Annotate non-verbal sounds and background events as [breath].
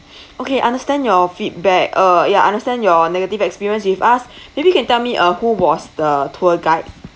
okay understand your feedback uh ya understand your negative experience with us [breath] maybe you can tell me uh who was the tour guide